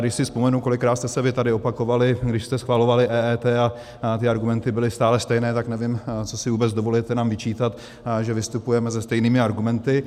Když si vzpomenu, kolikrát jste se vy tady opakovali, když jste schvalovali EET, a ty argumenty byly stále stejné, tak nevím, co si vůbec dovolujete nám vyčítat, že vystupujeme se stejnými argumenty.